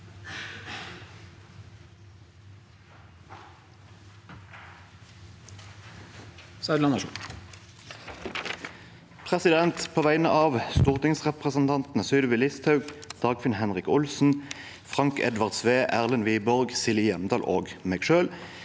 På veg- ne av stortingsrepresentantene Sylvi Listhaug, Dagfinn Henrik Olsen, Frank Edvard Sve, Erlend Wiborg, Silje Hjemdal og meg selv